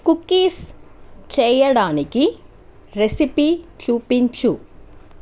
cookies చేయడానికి recipe చూపించు